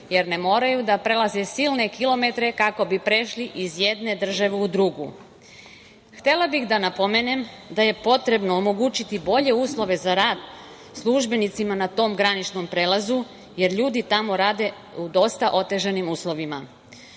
jer ne moraju da prelaze silne kilometre kako bi prešli iz jedne države u drugu. Htela bih da napomenem da je potrebno omogućiti bolje uslove za rad službenicima na tom graničnom prelazu, jer ljudi tamo rade u dosta otežanim uslovima.